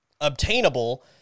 obtainable